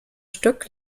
stück